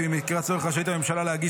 כי במקרה הצורך רשאית הממשלה להגיש